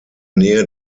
nähe